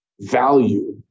value